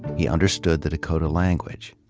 he understood the dakota language.